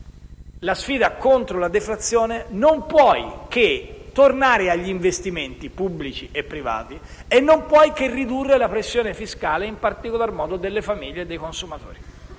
la sfida contro la deflazione, non si può fare altro che tornare agli investimenti, pubblici e privati, e ridurre la pressione fiscale, in particolar modo delle famiglie e dei consumatori.